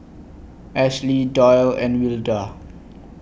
Ashly Doyle and Wilda